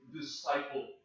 disciple